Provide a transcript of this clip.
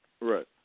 Right